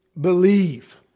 believe